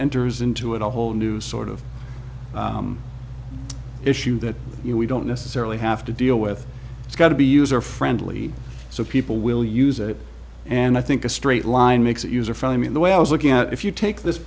enters into it a whole new sort of issue that we don't necessarily have to deal with it's got to be user friendly so people will use it and i think a straight line makes it user friendly in the way i was looking at if you take this